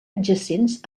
adjacents